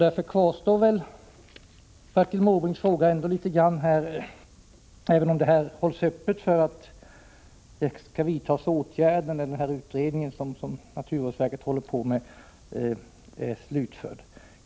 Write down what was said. Därför kvarstår Bertil Måbrinks fråga, även om möjligheten hålls öppen att åtgärder skall vidtas när den utredning som naturvårdsverket håller på med är slutförd.